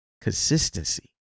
Consistency